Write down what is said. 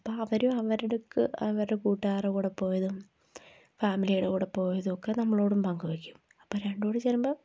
അപ്പോള് അവര് അവര്ക്ക് അവരുടെ കൂട്ടുകാരുടെ കൂടെ പോയതും ഫാമിലിയുടെ കൂടെ പോയതും ഒക്കെ നമ്മളോടും പങ്കു വെക്കും അപ്പോള് രണ്ടുംകൂടെ ചേരുമ്പോള്